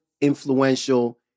influential